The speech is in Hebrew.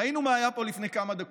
ראינו מה היה פה לפני כמה דקות.